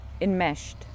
enmeshed